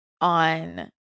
on